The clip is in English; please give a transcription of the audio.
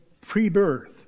pre-birth